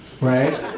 Right